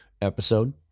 episode